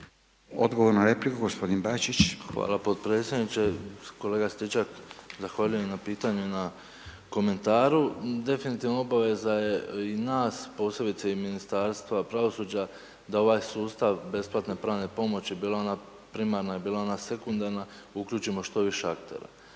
Odgovor na repliku, gospodin Bačić. **Bačić, Ante (HDZ)** Hvala podpredsjedniče, kolega Stričak zahvaljujem na pitanju i na komentaru, definitivno obaveza je i nas posebice i Ministarstva pravosuđa da ovaj sustava besplatne pravne pomoći bila ona primarna i bila ona sekundarna uključimo što više aktera.